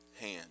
hand